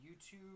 YouTube